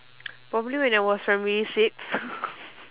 probably when I was primary six